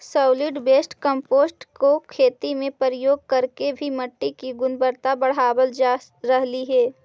solid waste compost को खेती में प्रयोग करके भी मिट्टी की गुणवत्ता बढ़ावाल जा रहलइ हे